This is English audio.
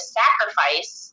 sacrifice